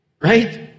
Right